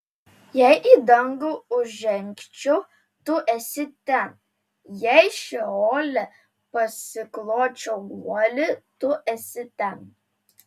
jei į dangų užžengčiau tu esi ten jei šeole pasikločiau guolį tu esi ten